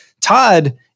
Todd